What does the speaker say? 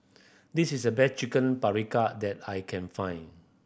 this is the best Chicken that I can find